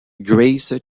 grace